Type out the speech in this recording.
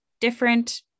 different